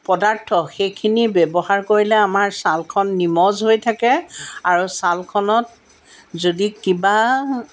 পদাৰ্থ সেইখিনি ব্যৱহাৰ কৰিলে আমাৰ ছালখন নিমজ হৈ থাকে আৰু ছালখনত যদি কিবা